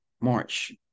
March